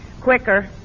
quicker